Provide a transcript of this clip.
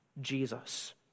Jesus